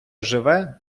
живе